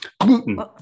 gluten